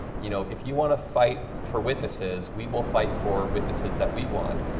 you know, if you want to fight for witnesses, we will fight for witnesses that we want.